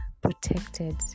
protected